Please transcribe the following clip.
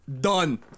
done